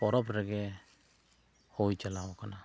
ᱯᱚᱨᱚᱵᱽ ᱨᱮᱜᱮ ᱦᱩᱭ ᱪᱟᱞᱟᱣ ᱟᱠᱟᱱᱟ